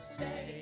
say